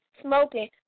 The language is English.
smoking